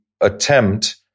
attempt